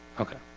okay,